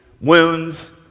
Wounds